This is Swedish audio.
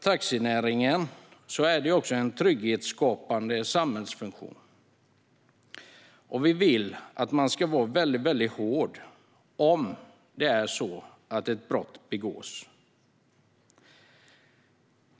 Taxinäringen har också en trygghetsskapande samhällsfunktion. Vi vill att man ska vara väldigt hård om det är på det sättet att ett brott har begåtts.